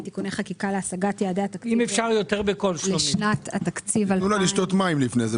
(תיקוני חקיקה) להשגת יעדי התקציב לשנת התקציב 2019,